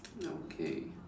okay